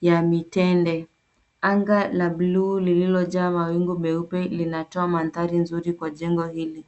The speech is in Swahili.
ya mitende. Anga la bluu lililojaa mawingu meupe linatoa mandhari nzuri kwa jengo hili.